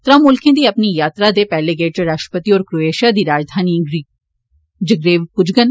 त्र'ऊ मुल्खे दी अपनी यात्रा दे पैहले गेड ईच राश्ट्रपति होर क्रोएषिया दी राजधानी जग्रेब पुजडन